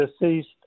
deceased